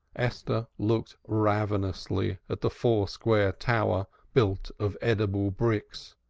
esther looked ravenously at the four-square tower built of edible bricks,